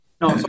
No